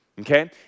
okay